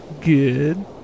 Good